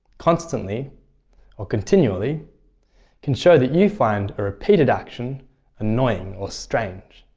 constantly or continually can show that you find a repeated action annoying or strange.